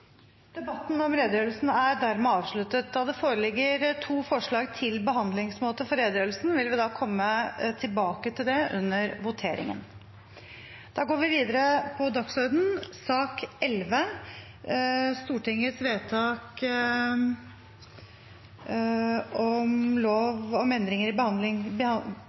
Debatten om redegjørelsen er dermed avsluttet. Da det foreligger to forslag til behandlingsmåte for redegjørelsen, vil vi komme tilbake til det under voteringen. Ingen har bedt om ordet. Ingen har bedt om